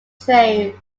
trains